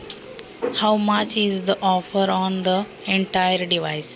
सारा यंत्रावर किती ऑफर आहे?